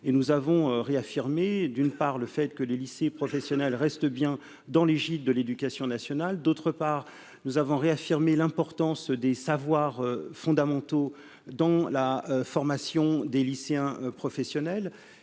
nous avons réaffirmé d'une part le fait que les lycées professionnels bien dans les gîtes de l'éducation nationale, d'autre part, nous avons réaffirmé l'importance des savoirs fondamentaux dans la formation des lycéens professionnels,